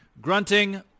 grunting